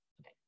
Okay